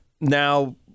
now